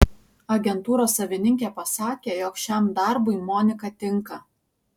agentūros savininkė pasakė jog šiam darbui monika tinka